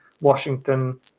Washington